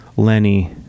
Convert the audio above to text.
Lenny